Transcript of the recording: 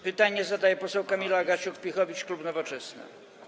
Pytanie zadaje poseł Kamila Gasiuk-Pihowicz, klub Nowoczesna.